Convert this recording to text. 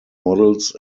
models